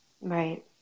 Right